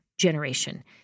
generation